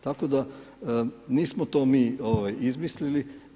Tako da, nismo to mi izmislili.